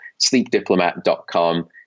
sleepdiplomat.com